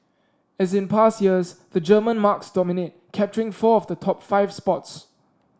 as in past years the German marques dominate capturing four of the top five spots